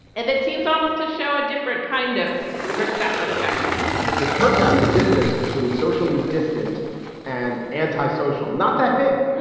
and that seems almost to show a different kind of respect and affection it turns out the distance between socially distant and anti-social. not that big.